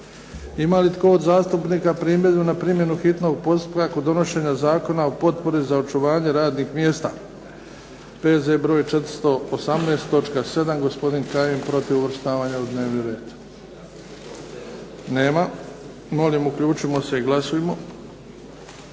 Ima li tko od zastupnika primjedbu na primjenu hitnog postupka kod donošenja Zakona o potpori za očuvanje radnih mjesta, P.Z. br. 418, točka 7? Gospodin Kajin je protiv uvrštavanja u dnevni red. Nema. Molim uključimo se i glasujmo.